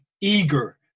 eager